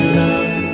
love